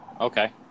okay